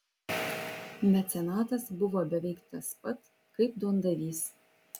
mecenatas buvo beveik tas pat kaip duondavys